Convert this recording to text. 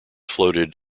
floated